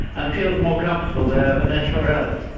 and feels more comfortable there than anywhere else.